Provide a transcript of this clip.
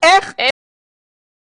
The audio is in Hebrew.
אפשר להגיד כל